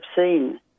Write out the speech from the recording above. obscene